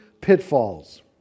pitfalls